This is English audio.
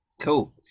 Cool